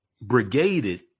brigaded